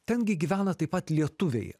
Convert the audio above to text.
ten gi gyvena taip pat lietuviai